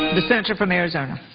the senator from arizona.